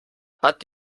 hat